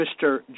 Mr